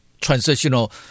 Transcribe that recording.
transitional